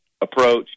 approach